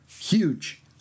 huge